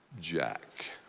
jack